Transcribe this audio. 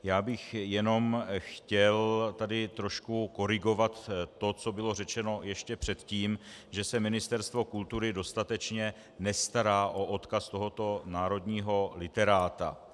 Já bych jenom chtěl tady trošku korigovat to, co bylo řečeno ještě předtím, že se Ministerstvo kultury dostatečně nestará o odkaz tohoto národního literáta.